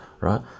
Right